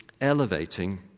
elevating